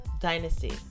Dynasty